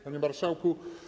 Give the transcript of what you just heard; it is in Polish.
Panie Marszałku!